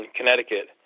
Connecticut